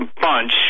bunch